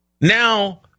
Now